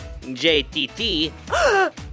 JTT